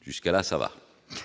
Jusque-là, il n'y